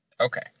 Okay